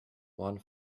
one